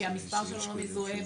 כי המספר שלו לא מזוהה.